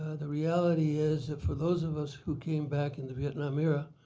ah the reality is that for those of us who came back in the vietnam era,